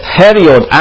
period